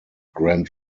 grand